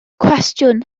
cwestiwn